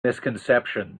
misconception